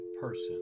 person